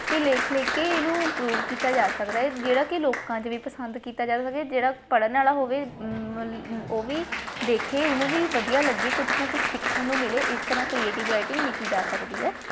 ਅਤੇ ਲਿਖ ਲਿਖ ਕੇ ਇਹਨੂੰ ਇੰਪਰੂਵ ਕੀਤਾ ਜਾ ਸਕਦਾ ਏ ਜਿਹੜਾ ਕਿ ਲੋਕਾਂ 'ਚ ਵੀ ਪਸੰਦ ਕੀਤਾ ਜਾ ਸਕੇ ਜਿਹੜਾ ਪੜ੍ਹਨ ਵਾਲਾ ਹੋਵੇ ਉਹ ਵੀ ਦੇਖੇ ਉਹਨੂੰ ਵੀ ਵਧੀਆ ਲੱਗੇ ਕੁਝ ਨਾ ਕੁਝ ਸਿੱਖਣ ਨੂੰ ਮਿਲੇ ਇਸ ਤਰਾਂ ਕ੍ਰੀਏਟਿਵ ਰਾਈਟਿੰਗ ਲਿਖੀ ਜਾ ਸਕਦੀ ਹੈ